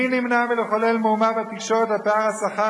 מי נמנע מלחולל מהומה בתקשורת על פער השכר